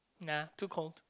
nah too cold